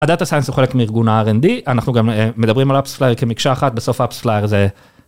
הדאטה סייאנס הוא חלק מארגון ה-R&D, אנחנו גם מדברים על האפס לייר כמקשה אחת, בסוף האפס לייר זה.